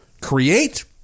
create